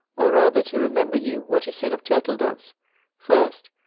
or rather to remember you what is said of turtle-doves first,